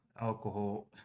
alcohol